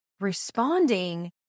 Responding